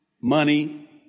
money